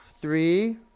Three